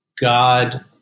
God